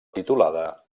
titulada